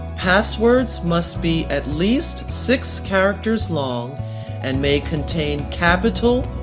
passwords must be at least six characters long and may contain capital,